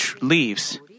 leaves